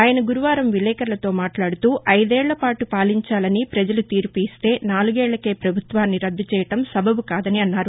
ఆయన గురువారం విలేకర్లతో మాట్లాడుతూ ఐదేళ్లపాటు పాలించాలని పజలు తీర్పు ఇస్తే నాలుగేళ్లకే పభుత్వాన్ని రద్దు చేయడం సబబుకాదని అన్నారు